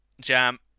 Jam